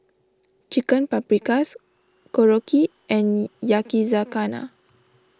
Chicken Paprikas Korokke and Yakizakana